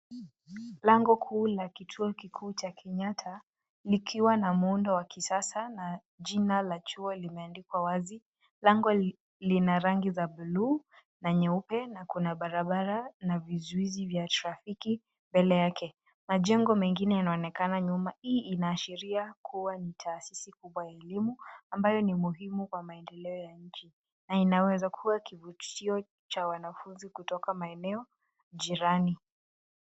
Lango kuu ni la kituo kikuu cha Kenyatta likiwa na miundo wa kisasa na jina la chuo limeandikwa wazi. Lango lina rangi za buluu na nyeupe na kuna barabara na vizuizi vya trafiki mbele yake. Majengo mengine yanaonekana nyuma. Hii inaashiria kuwa ni taasisi kubwa ya elimu ambayo ni muhimu kwa maendeleo ya nchi na inaweza kuwa kivutio cha wanafunzi kutoka maeneo jirani.